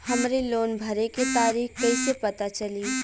हमरे लोन भरे के तारीख कईसे पता चली?